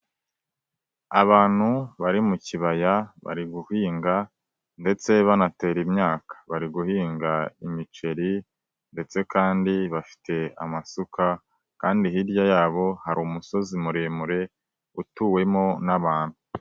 Abantu bari mu kibaya bari guhinga ndetse banatera imyaka, bari guhinga imiceri ndetse kandi bafite amasuka, kandi hirya yabo hari umusozi muremure utuwemo n'abantu.